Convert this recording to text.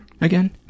again